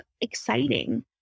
exciting